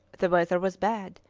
the weather was bad,